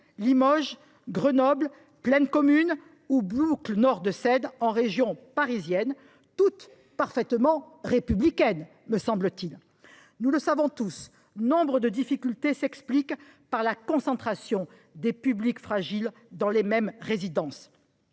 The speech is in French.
Limoges, Grenoble, Plaine Commune ou Boucle Nord de Seine en région parisienne, toutes parfaitement républicaines, me semble t il. Nous le savons tous, nombre de difficultés s’expliquent par la concentration de publics fragiles dans les mêmes résidences.